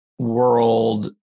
world